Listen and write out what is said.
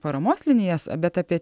paramos linijas bet apie